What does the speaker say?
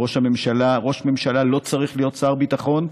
ראש ממשלה לא צריך להיות שר ביטחון,